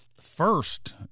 first